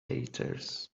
tatters